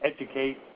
educate